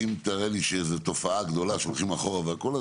שאם תראה לי שזו תופעה גדולה שהולכים אחורה,